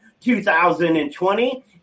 2020